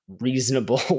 Reasonable